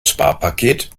sparpaket